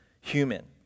human